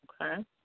okay